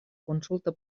consulta